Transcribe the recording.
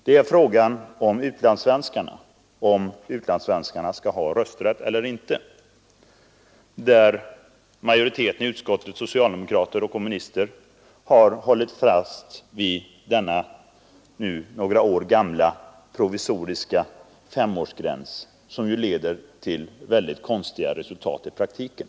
Det gäller frågan om utlandssvenskarna skall ha rösträtt eller inte, där majoriteten i utskottet — socialdemokrater och kommunister — har hållit fast vid den nu några år gamla provisoriska femårsgränsen, som ju leder till väldigt konstiga resultat i praktiken.